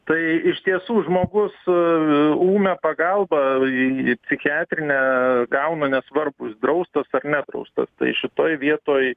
tai iš tiesų žmogus ūmią pagalbą į psichiatrinę gauna nesvarbu jis draustas ar nedraustas tai šitoj vietoj